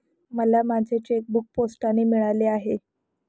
मला माझे चेकबूक पोस्टाने मिळाले आहे